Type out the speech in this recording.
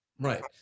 Right